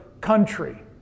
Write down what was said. country